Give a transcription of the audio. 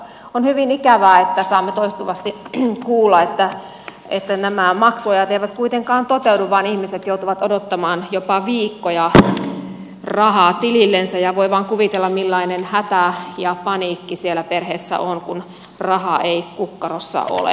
on hyvin ikävää että saamme toistuvasti kuulla että nämä maksuajat eivät kuitenkaan toteudu vaan ihmiset joutuvat odottamaan jopa viikkoja rahaa tilillensä ja voi vain kuvitella millainen hätä ja paniikki siellä perheessä on kun rahaa ei kukkarossa ole